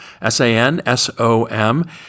S-A-N-S-O-M